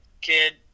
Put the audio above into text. Kid